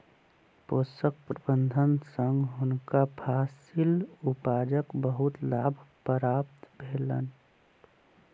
पोषक प्रबंधन सँ हुनका फसील उपजाक बहुत लाभ प्राप्त भेलैन